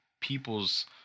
people's